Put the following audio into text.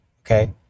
okay